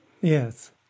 Yes